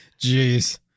Jeez